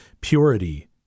purity